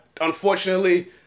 unfortunately